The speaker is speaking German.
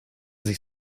sich